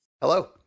Hello